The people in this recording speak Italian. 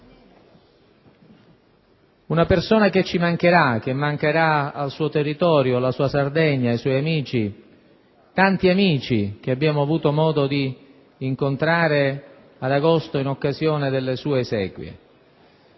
Una persona che ci mancherà, che mancherà al suo territorio, alla sua Sardegna, ai suoi amici, ai tanti amici che abbiamo avuto modo di incontrare ad agosto in occasione delle sue esequie.